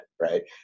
right